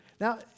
Now